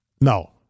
No